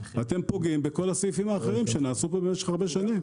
ואתם פוגעים בכל הסעיפים האחרים שנעשו פה במשך הרבה שנים.